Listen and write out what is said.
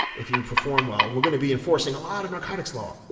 if you perform well, we're gonna be enforcing a lot of narcotics law.